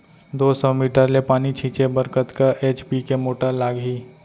दो सौ मीटर ले पानी छिंचे बर कतका एच.पी के मोटर लागही?